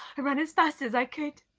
i ran as fast as i could.